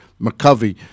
McCovey